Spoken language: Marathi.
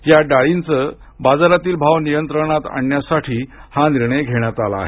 या डाळींचे बाजारातील भाव नियंत्रणात ठेवण्यासाठी हा निर्णय घेण्यात आला आहे